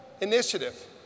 initiative